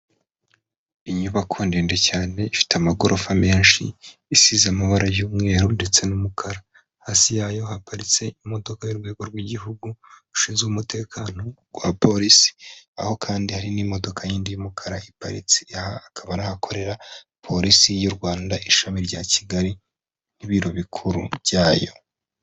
Inyubako ndende cyane ifite amagorofa menshi isize amabara y'umweru ndetse n'umukara, hasi yayo haparitse imodoka y'urwego rw'igihugu rushinzwe umutekano rwa polisi aho kandi hari n'imodoka yindi y'umukara iparitse, aha akaba ari ahakorera polisi y'u Rwanda ishami rya Kigali n'ibiro bikuru byayo.